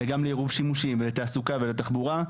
אלא גם לעירוב שימושים ולתעסוקה ולתחבורה,